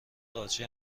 قارچی